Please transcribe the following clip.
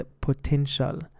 Potential